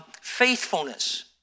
Faithfulness